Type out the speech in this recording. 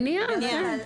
מניעה, כן.